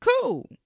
Cool